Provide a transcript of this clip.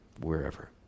wherever